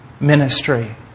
ministry